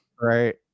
Right